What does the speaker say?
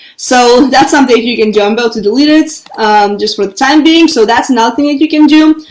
so that's something you can do, i'm about to delete, it's just for the time being, so that's nothing that you can do.